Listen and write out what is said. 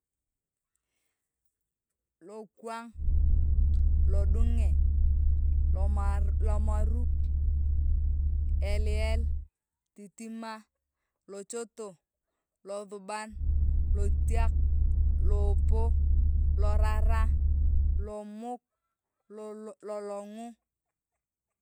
lokwang lodunge lomarrr lomaruk elel titima lochoto lothubau lotiak loopo lorara lomuk lolala lolongu.